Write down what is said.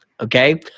Okay